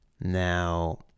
Now